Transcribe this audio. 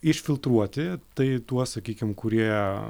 išfiltruoti tai tuos sakykim kurie